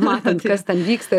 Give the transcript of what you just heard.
matant kas ten vyksta